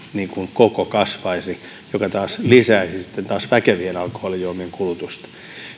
koko kasvaisi mikä taas lisäisi väkevien alkoholijuomien kulutusta